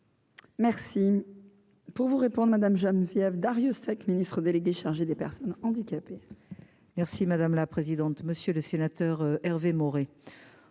Merci pour vous répondent Madame Geneviève Darrieussecq, ministre déléguée chargée des Personnes handicapées. Merci madame la présidente, monsieur le sénateur. Auteur